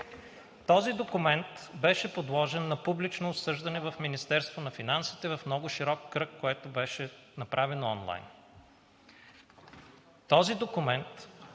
Този документ беше подложен на публично обсъждане в Министерството на финансите в много широк кръг, което беше направено онлайн. Този документ